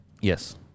Yes